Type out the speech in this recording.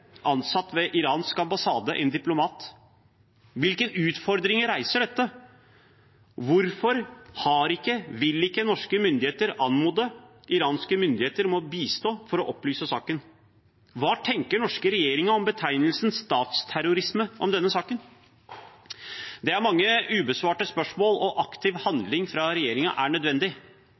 ansatt ved den iranske ambassade, en diplomat. Hvilke utfordringer reiser dette? Hvorfor vil ikke norske myndigheter anmode iranske myndigheter om å bistå for å opplyse saken? Hva tenker den norske regjeringen om betegnelsen statsterrorisme om denne saken? Det er mange ubesvarte spørsmål, og aktiv handling fra regjeringen er nødvendig.